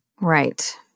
Right